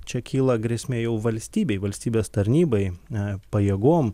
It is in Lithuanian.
čia kyla grėsmė jau valstybei valstybės tarnybai a pajėgom